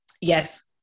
Yes